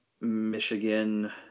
Michigan